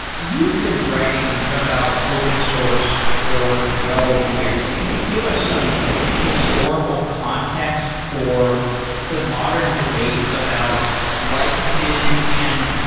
you've been writing about open source for twelve years. can you give us some historical context for the modern debate about licenses and,